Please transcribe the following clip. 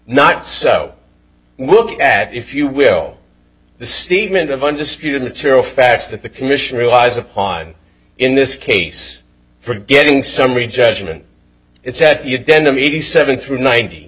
not so look at if you will the statement of undisputed material facts that the commission relies upon in this case for getting summary judgment it's that you denham eighty seven through ninet